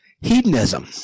hedonism